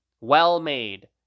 well-made